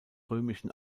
römischen